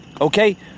okay